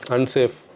Unsafe